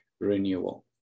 renewal